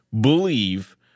believe